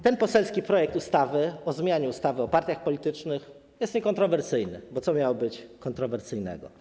Ten poselski projekt ustawy o zmianie ustawy o partiach politycznych jest niekontrowersyjny, bo co miałoby być kontrowersyjnego.